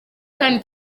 kandi